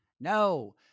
No